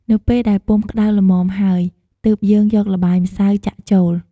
នៅពេលដែលពុម្ពក្ដៅល្មមហើយ ទើបយើងយកល្បាយម្សៅចាក់ចូល។